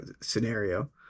scenario